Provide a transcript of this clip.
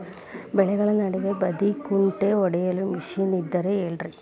ಬೆಳೆಗಳ ನಡುವೆ ಬದೆಕುಂಟೆ ಹೊಡೆಯಲು ಮಿಷನ್ ಇದ್ದರೆ ಹೇಳಿರಿ